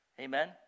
Amen